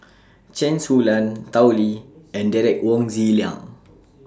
Chen Su Lan Tao Li and Derek Wong Zi Liang